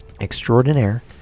extraordinaire